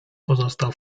pozostał